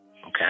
okay